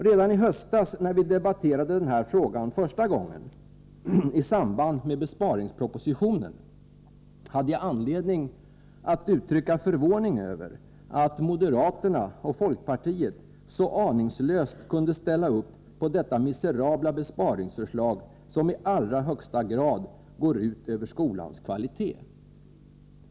Redan i höstas, när vi debatterade den här frågan första gången, i samband med besparingspropositionen, hade jag anledning att uttrycka förvåning över att moderaterna och folkpartiet så aningslöst kunde ställa upp för detta miserabla besparingsförslag, som i allra högsta grad går ut över skolans kvalitet.